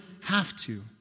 have-to